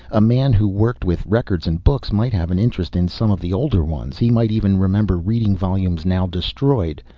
a man who worked with records and books might have an interest in some of the older ones. he might even remember reading volumes now destroyed.